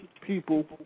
people